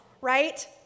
right